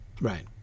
Right